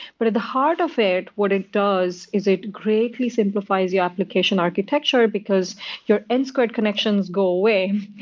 but at the heart of it, what it does is it greatly simplifies the application architecture because your n squared connections go away.